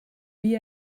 wie